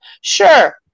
Sure